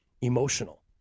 emotional